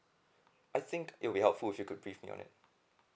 I think it will helpful if you could brief me on that